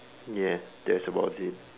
ya that's about it